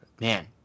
Man